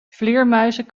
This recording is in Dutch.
vleermuizen